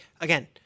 again